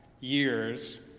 years